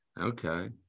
okay